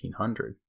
1800